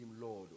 Lord